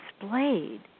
displayed